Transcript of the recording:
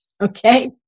okay